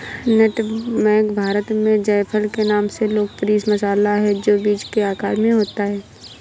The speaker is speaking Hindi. नट मेग भारत में जायफल के नाम से लोकप्रिय मसाला है, जो बीज के आकार में होता है